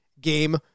game